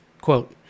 quote